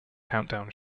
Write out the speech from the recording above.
countdown